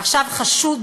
ועכשיו חשוד,